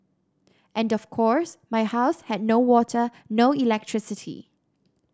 and of course my house had no water no electricity